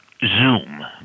Zoom